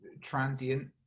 transient